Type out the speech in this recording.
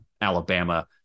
Alabama